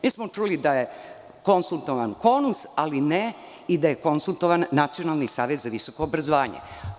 Mi smo čuli da je konsultovan KONUS, ali ne i da je konsultovan Nacionalni savet za visoko obrazovanje.